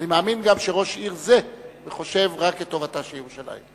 אני מאמין שגם ראש עיר זה חושב רק על טובתה של ירושלים.